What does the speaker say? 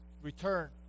return